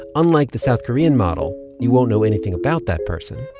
unlike the south korean model, you won't know anything about that person,